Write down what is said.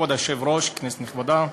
כבוד היושב-ראש, כנסת נכבדה,